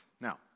Now